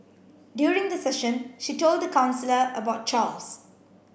during the session she told the counsellor about Charles